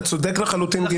אתה צודק לחלוטין.